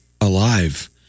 alive